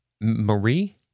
Marie